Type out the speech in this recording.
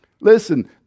Listen